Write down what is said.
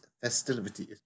festivities